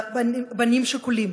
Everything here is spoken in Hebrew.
בנים שכולים,